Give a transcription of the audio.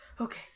okay